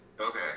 Okay